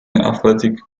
athletic